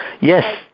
Yes